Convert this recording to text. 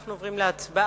אנחנו עוברים להצבעה.